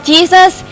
Jesus